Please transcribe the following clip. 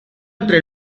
entre